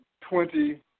twenty